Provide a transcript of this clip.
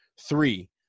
Three